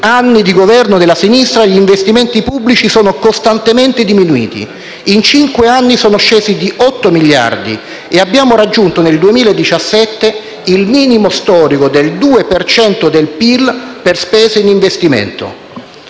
anni di governo della sinistra gli investimenti pubblici sono costantemente diminuiti. In cinque anni sono scesi di 8 miliardi e nel 2017 abbiamo raggiunto il minimo storico del 2 per cento del PIL per spese di investimento.